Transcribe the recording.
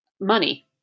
money